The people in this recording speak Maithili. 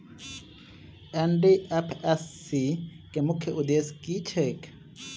एन.डी.एफ.एस.सी केँ मुख्य उद्देश्य की छैक?